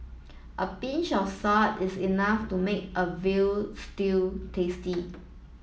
a pinch of salt is enough to make a veal stew tasty